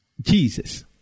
Jesus